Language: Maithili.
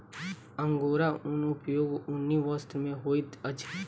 अंगोरा ऊनक उपयोग ऊनी वस्त्र में होइत अछि